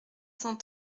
cent